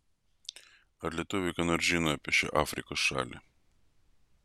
ar lietuviai ką nors žino apie šią afrikos šalį